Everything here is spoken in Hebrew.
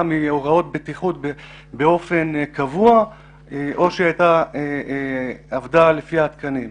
מהוראות בטיחות באופן קבוע או שהיא עבדה לפי התקנים,